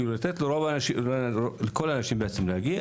לתת לכל האנשים בעצם להגיע.